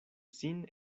sin